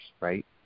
right